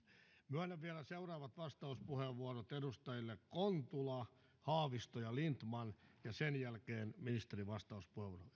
myönnän vielä vastauspuheenvuorot edustajille kontula haavisto ja lindtman ja sen jälkeen ministerin vastauspuheenvuoro